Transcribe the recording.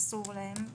אסור להם,